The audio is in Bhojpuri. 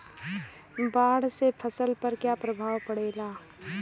बाढ़ से फसल पर क्या प्रभाव पड़ेला?